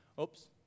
Oops